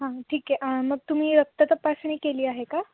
हां ठीक आहे मग तुम्ही रक्त तपासणी केली आहे का